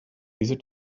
diese